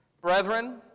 Brethren